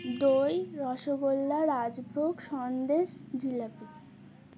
দই রসগোল্লা রাজভোগ সন্দেশ জিলাপি